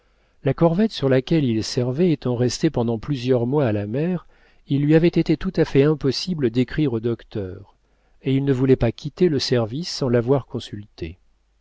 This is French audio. la corvette sur laquelle il servait étant restée pendant plusieurs mois à la mer il lui avait été tout à fait impossible d'écrire au docteur et il ne voulait pas quitter le service sans l'avoir consulté